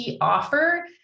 offer